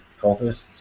cultists